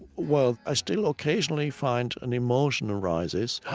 well, i still occasionally find an emotion arises,